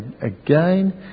again